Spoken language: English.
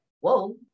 whoa